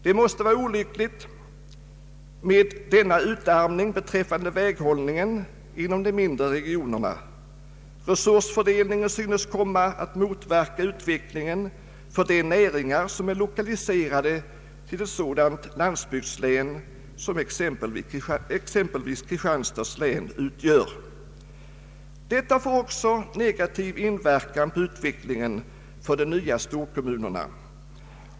Det måste vara olyckligt med denna utarmning beträffande väghållningen inom de mindre regionerna. Resursfördelningen synes komma att motverka utvecklingen för de näringar som är lokaliserade till ett sådant ”landsbygdslän” som exempelvis Kristianstads län utgör. Detta får också negativ inverkan på utvecklingen för de nya storkommunerna.